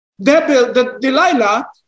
Delilah